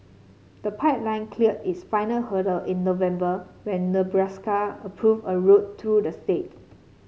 the pipeline cleared its final hurdle in November when Nebraska approved a route through the state